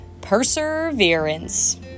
perseverance